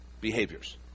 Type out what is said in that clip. behaviors